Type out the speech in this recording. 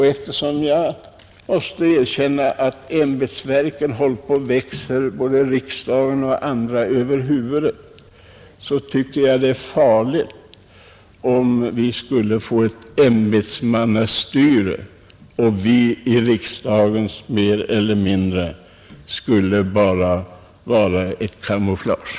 Och eftersom — det måste jag erkänna — ämbetsverken håller på att växa både riksdagen och andra över huvudet, så tycker jag det är farligt om det skulle bli ett ämbetsmannastyre och vi i riksdagen mer eller mindre skulle vara ett kamouflage.